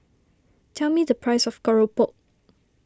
tell me the price of Keropok